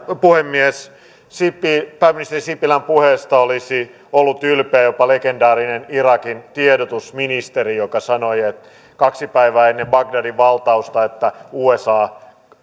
puhemies pääministeri sipilän puheesta olisi ollut ylpeä jopa legendaarinen irakin tiedotusministeri joka sanoi kaksi päivää ennen bagdadin valtausta että usa